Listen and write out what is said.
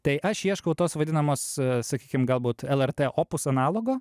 tai aš ieškau tos vadinamos sakykim galbūt lrt opus analogo